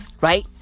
Right